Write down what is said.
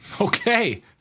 Okay